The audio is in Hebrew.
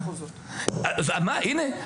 הנה,